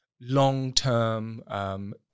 long-term